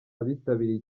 abitabiriye